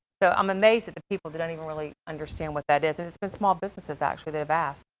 so i'm amazed at the people that don't even really understand what that is. and it's been small businesses, actually that have asked.